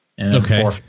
Okay